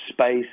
space